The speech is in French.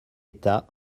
état